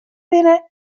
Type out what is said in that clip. binne